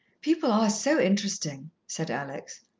people are so interesting, said alex.